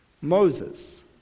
Moses